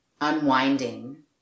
unwinding